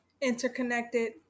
interconnected